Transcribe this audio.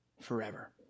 forever